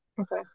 Okay